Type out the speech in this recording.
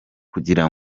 kugira